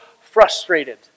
frustrated